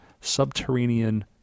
Subterranean